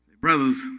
Brothers